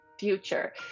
future